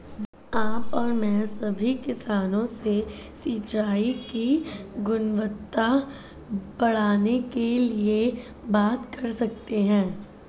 आप और मैं सभी किसानों से सिंचाई की गुणवत्ता बढ़ाने के लिए बात कर सकते हैं